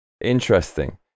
Interesting